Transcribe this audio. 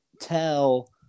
tell –